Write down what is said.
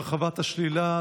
הרחבת השלילה),